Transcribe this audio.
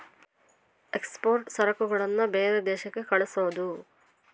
export ಸರಕುಗಳನ್ನ ಬೇರೆ ದೇಶಕ್ಕೆ ಕಳ್ಸೋದು